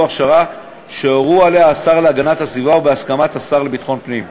הכשרה שהורה עליה השר להגנת הסביבה בהסכמת השר לביטחון פנים.